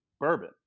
bourbon